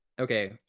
Okay